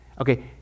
Okay